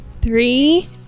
Three